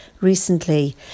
recently